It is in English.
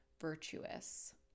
virtuous